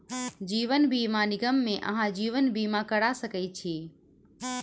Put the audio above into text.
जीवन बीमा निगम मे अहाँ जीवन बीमा करा सकै छी